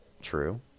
true